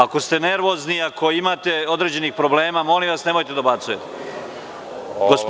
Ako ste nervozni, ako imate određenih problema, molim vas nemojte da dobacujete.